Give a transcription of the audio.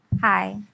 Hi